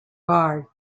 guard